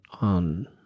on